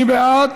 מי בעד?